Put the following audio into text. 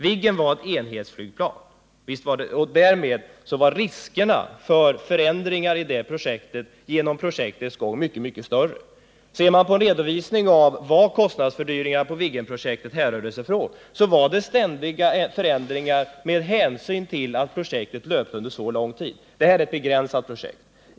Viggen var ett enhetsflygplan och därmed var riskerna för förändringar i det projektet under projektets gång mycket större. Ser man på redovisningen av varifrån kostnadsfördyringarna på Viggenprojektet härrörde sig finner man ständiga förändringar med hänsyn till att projektet löpte under så lång tid. Det här är ett begränsat projekt.